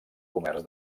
comerç